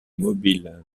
mobiles